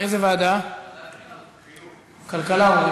אפשר כלכלה.